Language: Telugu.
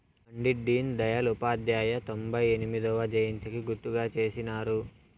పండిట్ డీన్ దయల్ ఉపాధ్యాయ తొంభై ఎనిమొదవ జయంతికి గుర్తుగా చేసినారు